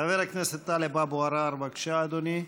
חבר הכנסת טלב אבו עראר, בבקשה, אדוני,